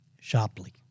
sharply